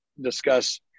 discuss